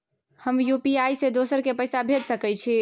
हम यु.पी.आई से दोसर के पैसा भेज सके छीयै?